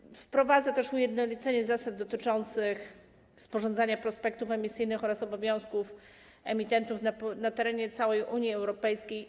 Regulacja wprowadza też ujednolicenie zasad dotyczących sporządzania prospektów emisyjnych oraz obowiązków emitentów na terenie całej Unii Europejskiej.